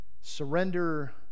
Surrender